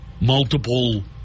multiple